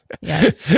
Yes